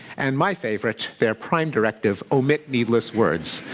and my favourite, their prime directive, omit needless words.